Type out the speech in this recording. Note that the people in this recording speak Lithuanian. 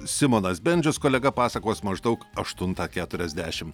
simonas bendžius kolega pasakos maždaug aštuntą keturiasdešim